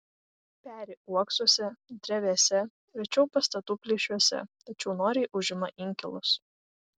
peri uoksuose drevėse rečiau pastatų plyšiuose tačiau noriai užima inkilus